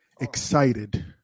excited